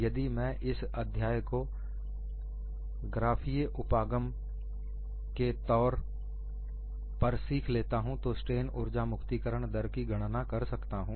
यदि मैं इस अध्याय को ग्राफीय उपागम के तौर पर सीख लेता हूं तो स्ट्रेन उर्जा मुक्तिकरण दर भी गणना कर सकता हूं